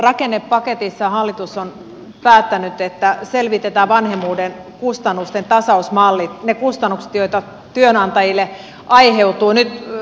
rakennepaketissa hallitus on päättänyt että selvitetään vanhemmuuden kustannusten tasausmallit ne kustannukset joita työnantajille aiheutuu